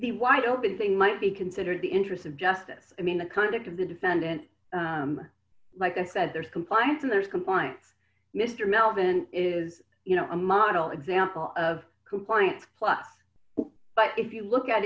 the wide open thing might be considered the interest of justice i mean the conduct of the defendant like this that there's compliance and there's compliance mr melvin is you know a model example of compliance plus but if you look at